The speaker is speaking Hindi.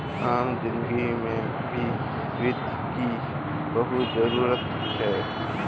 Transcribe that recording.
आम जिन्दगी में भी वित्त की बहुत जरूरत है